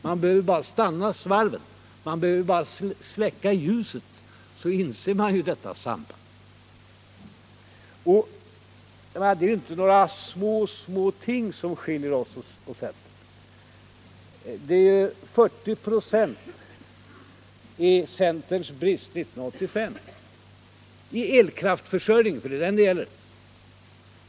Man behöver bara stanna svarven eller släcka ljuset, så inser man ju detta samband. Det är inte några små, små ting som skiljer oss från centern. 40 "» är centerns brist år 1985 — i elkraftförsörjningen, det är den det gäller.